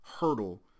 hurdle